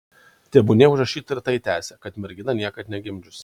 tebūnie užrašyta ir tai tęsė kad mergina niekad negimdžiusi